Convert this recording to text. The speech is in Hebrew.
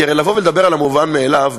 כי הרי לבוא ולדבר על המובן במליאה,